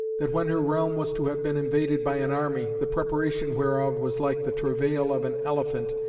that when her realm was to have been invaded by an army, the preparation whereof was like the travail of an elephant,